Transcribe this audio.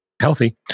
healthy